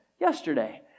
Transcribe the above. yesterday